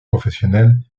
professionnel